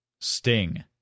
Sting